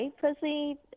personally